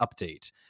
update